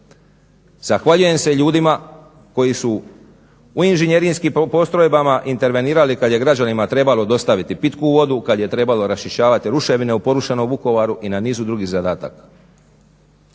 Zahvaljujem se ljudima koji su u inženjerijskim postrojbama intervenirali kad je građanima trebalo dostaviti pitku vodu, kad je trebalo raščišćavati ruševine u porušenom Vukovaru i na nizu drugih zadataka.